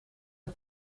het